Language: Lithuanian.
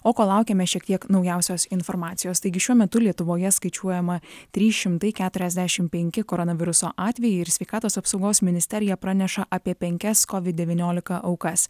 o kol laukiame šiek tiek naujausios informacijos taigi šiuo metu lietuvoje skaičiuojama trys šimtai keturiasdešimt penki koronaviruso atvejai ir sveikatos apsaugos ministerija praneša apie penkias kovid devyniolika aukas